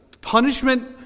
punishment